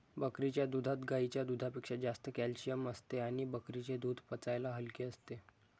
बकरीच्या दुधात गाईच्या दुधापेक्षा जास्त कॅल्शिअम असते आणि बकरीचे दूध पचायला हलके असते